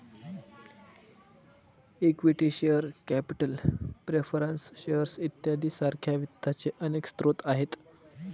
equity share capital preference shares इत्यादी सारख्या वित्ताचे अनेक स्रोत आहेत